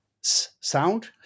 sound